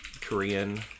Korean